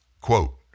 quote